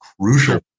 crucial